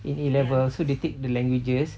in A level so they take the languages